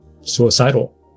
suicidal